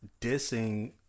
dissing